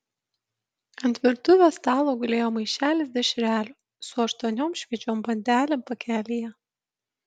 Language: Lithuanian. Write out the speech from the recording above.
ant virtuvės stalo gulėjo maišelis dešrelių su aštuoniom šviežiom bandelėm pakelyje